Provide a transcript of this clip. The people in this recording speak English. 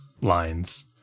lines